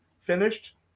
finished